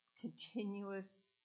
continuous